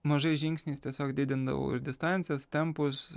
mažais žingsniais tiesiog didindavau ir distancijas tempus